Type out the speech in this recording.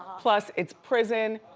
plus it's prison,